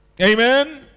Amen